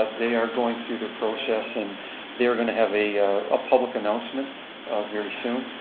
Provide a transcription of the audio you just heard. they are going through their process and they're going to have a ah public announcement very soon,